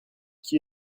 qui